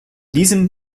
diesem